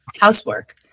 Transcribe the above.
housework